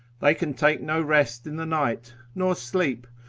they can take no rest in the night, nor sleep,